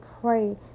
pray